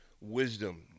wisdom